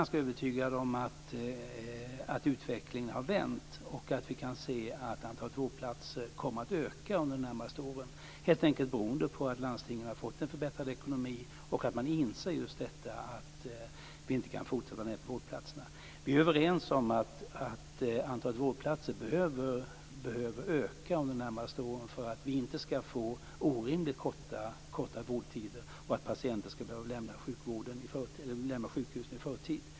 Jag är övertygad om att utvecklingen har vänt och att vi kommer att se att antalet vårdplatser kommer att öka under de närmaste åren, helt enkelt beroende på att landstingen har fått en förbättrad ekonomi och en insikt om att det inte går att dra ned på antalet vårdplatser. Vi är överens om att antalet vårdplatser behöver öka under de närmaste åren för att vi inte ska få orimligt korta vårdtider och att patienter ska behöva lämna sjukhusen i förtid.